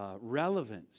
relevance